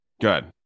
good